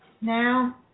Now